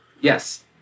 yes